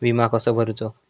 विमा कसो भरूचो?